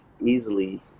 easily